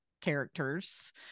characters